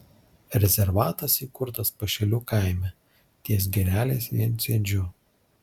rezervatas įkurtas pašilių kaime ties girelės viensėdžiu